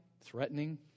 threatening